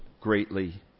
greatly